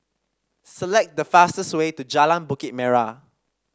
select the fastest way to Jalan Bukit Merah